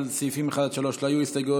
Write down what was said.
על סעיפים 1 עד 3 לא היו הסתייגויות.